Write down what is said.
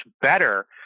better